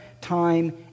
time